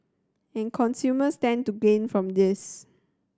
and consumers stand to gain from this